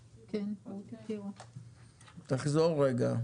ואני מוחה,